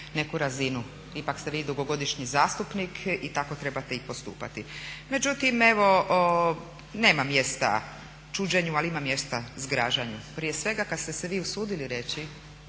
neku razinu. Ipak ste vi dugogodišnji zastupnik i tako trebate i postupati. Međutim, evo nema mjesta čuđenju ali ima mjestu zgražanju. Prije svega, kad ste se vi usudili reći